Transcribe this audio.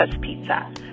pizza